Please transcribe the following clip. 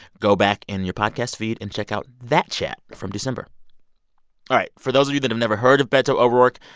go back in your podcast feed and check out that chat from december all right, for those of you that have never heard of beto o'rourke,